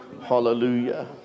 Hallelujah